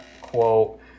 quote